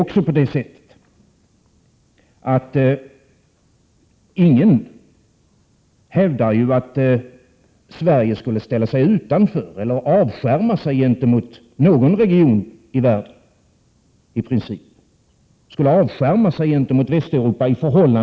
Ingen hävdar att Sverige, såsom läget är nu, i princip skulle ställa sig utanför eller avskärma sig gentemot någon region i världen, t.ex. avskärma sig mot Västeuropa.